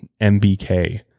MBK